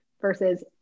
versus